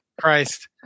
Christ